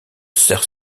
sert